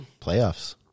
Playoffs